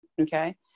okay